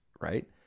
right